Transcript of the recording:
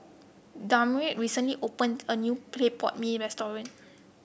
Damari recently opened a new Clay Pot Mee restaurant